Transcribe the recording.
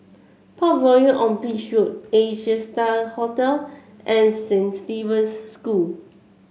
Parkroyal on Beach Road Asia Star Hotel and Saint Stephen's School